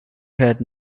had